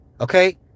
Okay